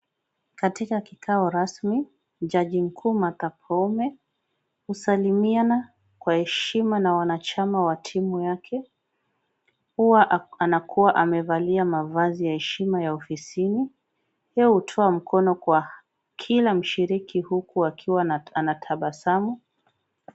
Katika kikao rasmi jaji mkuu Martha Koome husalimia kwa heshima na wanachama wa timu yake. Huwa anakua amevalia mavazi ya kiheshima ya ofisini yeye hutoa mkono kwa kila mshiriki huku akiwa anatabasamu.